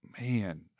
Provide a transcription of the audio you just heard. man